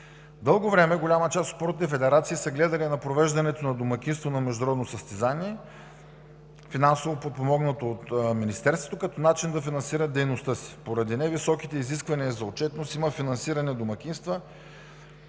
Дълго време голяма част от спортните федерации са гледали на провеждането на домакинство на международно състезание, финансово подпомогнато от Министерството, като начин да финансират дейността си. Поради невисоките изисквания за отчетност има финансиране на домакинства,